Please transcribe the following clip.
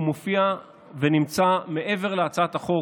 הוא מופיע ונמצא מעבר להצעת החוק,